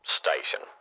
station